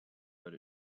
that